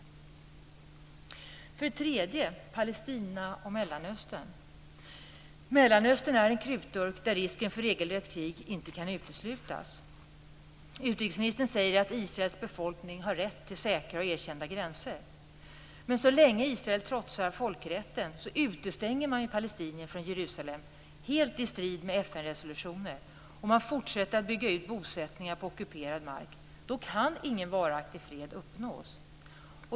Ytterligare en fråga är Palestina och Mellanöstern. Mellanöstern är en krutdurk där risken för regelrätt krig inte kan uteslutas. Utrikesministern säger att Israels befolkning har rätt till säkra och erkända gränser. Men så länge Israel trotsar folkrätten, utestänger palestinier från Jerusalem helt i strid mot FN resolutioner och fortsätter att bygga ut bosättningar på ockuperad mark kan ingen varaktig fred uppnås.